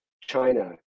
china